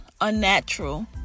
unnatural